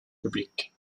public